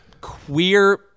queer